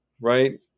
right